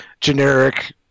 generic